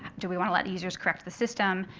do we want to let the users correct the system?